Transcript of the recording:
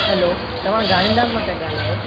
हलो तव्हां गांधी धाम मां था ॻाल्हायो